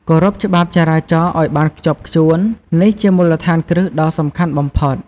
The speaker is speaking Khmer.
គោរពច្បាប់ចរាចរណ៍ឱ្យបានខ្ជាប់ខ្ជួន នេះជាមូលដ្ឋានគ្រឹះដ៏សំខាន់បំផុត។